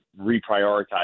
reprioritize